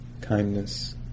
kindness